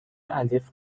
الف